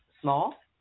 small